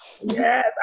yes